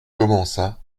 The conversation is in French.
commença